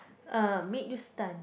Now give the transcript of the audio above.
uh make you stun